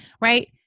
right